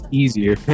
easier